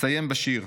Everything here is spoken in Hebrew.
אסיים בשיר: